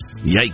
Yikes